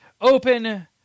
open